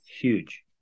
Huge